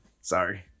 sorry